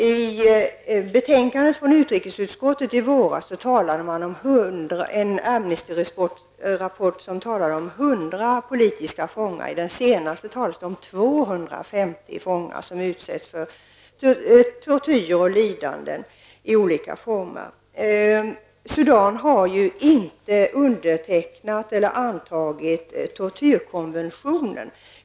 I betänkandet från utrikesutskottet i våras nämndes en Amnesty-rapport som talade om 100 politiska fångar. I den senaste rapporten talas det om 250 fångar som utsätts för tortyr och annat lidande i olika former. Sudan har ju inte undertecknat tortyrkonventionen.